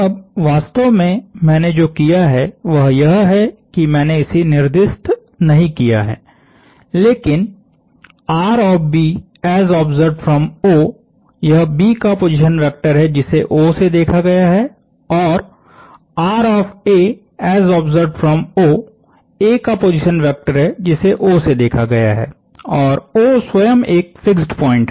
अब वास्तव में मैंने जो किया है वह यह है कि मैंने इसे निर्दिष्ट नहीं किया है लेकिनयह B का पोजीशन वेक्टर है जिसे O से देखा गया है और A का पोजीशन वेक्टर है जिसे O से देखा गया है और O स्वयं एक फिक्स्ड पॉइंट है